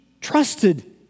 trusted